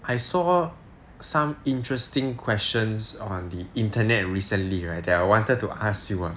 I saw some interesting questions on the internet recently right that I wanted to ask you ah